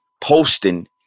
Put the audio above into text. posting